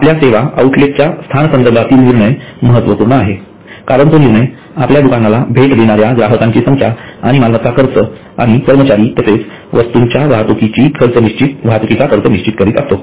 आपल्या सेवा आउटलेटच्या स्थानासंदर्भातील निर्णय महत्त्वपूर्ण आहे कारण तो निर्णय आपल्या दुकानाला भेट देणाऱ्या ग्राहकांची संख्या आणि मालमत्ता खर्च आणि कर्मचारी तसेच वस्तूंच्या वाहतुकीची खर्च निश्चित करतो